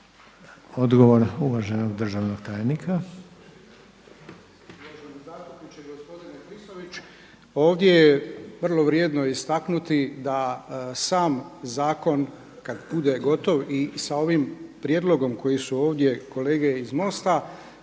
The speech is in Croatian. Odgovor uvaženog državnog tajnika. **Poljičak, Ivica** Uvaženi zastupniče, gospodine Klisović ovdje je vrlo vrijedno istaknuti da sam zakon kad bude gotov i sa ovim prijedlogom koji su ovdje, kolege iz MOST-a